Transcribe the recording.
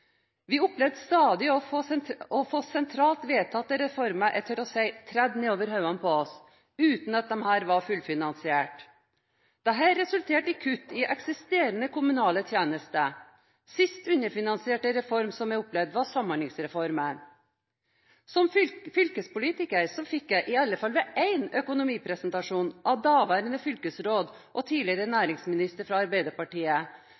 Vi opplevde stadig å få sentralt vedtatte reformer – jeg tør å si – tredd nedover hodene på oss, uten at disse var fullfinansierte. Dette resulterte i kutt i eksisterende kommunale tjenester. Siste underfinansierte reform som jeg opplevde, var Samhandlingsreformen. Som fylkespolitiker fikk jeg – i alle fall ved en økonomipresentasjon av daværende fylkesråd og tidligere